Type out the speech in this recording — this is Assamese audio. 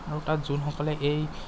আৰু তাত যোন সকলে এই